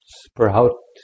sprout